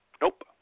Nope